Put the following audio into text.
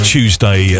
Tuesday